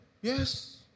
Yes